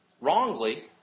wrongly